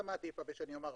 לגבי שאר ההכנסות.